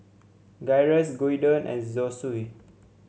Gyros Gyudon and Zosui